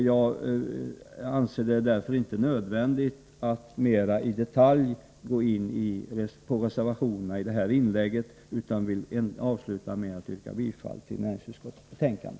Jag anser det därför inte nödvändigt att mera i detalj gå in på reservationerna i detta inlägg utan vill avsluta med att yrka bifall till hemställan i näringsutskottets betänkande.